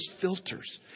filters